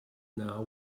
now